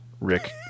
Rick